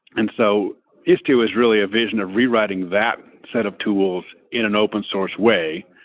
and so istio is really a vision of rewriting that set of tools in an open source way,